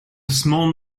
small